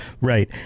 Right